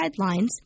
guidelines